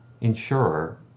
insurer